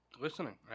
listening